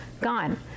Gone